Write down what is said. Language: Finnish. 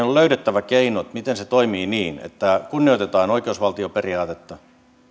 on löydettävä keinot miten se toimii niin että kunnioitetaan oikeusvaltioperiaatetta